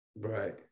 Right